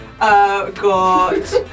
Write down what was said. Got